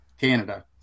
Canada